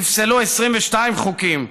נפסלו 22 חוקים.